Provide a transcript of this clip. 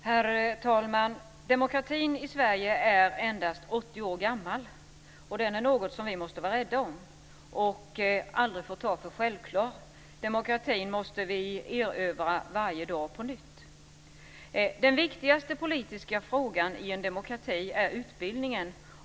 Herr talman! Demokratin i Sverige är endast 80 år gammal. Den är något som vi måste vara rädda om och aldrig får ta för självklar. Demokratin måste varje dag erövras på nytt. Den viktigaste politiska frågan i en demokrati är utbildningen.